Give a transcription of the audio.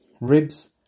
ribs